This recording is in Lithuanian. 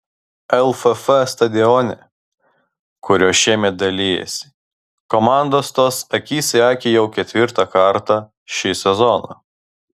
lff stadione kuriuo šiemet dalijasi komandos stos akis į akį jau ketvirtą kartą šį sezoną